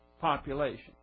population